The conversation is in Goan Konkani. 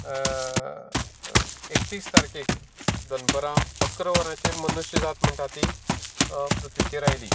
एकतीस तारखेक दनपरां अकरा वरांचेर मनुश्य जात म्हणटा ती पृथ्वीचेर आयली